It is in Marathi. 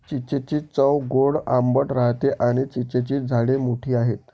चिंचेची चव गोड आंबट राहते आणी चिंचेची झाडे मोठी आहेत